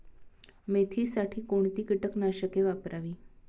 मेथीसाठी कोणती कीटकनाशके वापरावी?